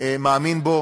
הוא מאמין בו.